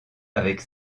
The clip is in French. avec